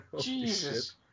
jesus